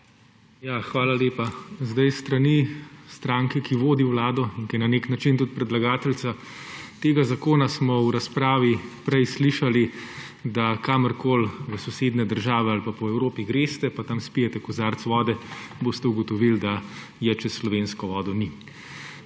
Hvala lepa. S strani stranke, ki vodi Vlado in ki je na nek način tudi predlagateljica tega zakona, smo v razpravi prej slišali, da kamorkoli v sosednje države ali po Evropi greste pa tam spijete kozarec vode, boste ugotovili, da je čez slovensko vodo ni.